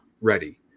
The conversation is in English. ready